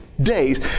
days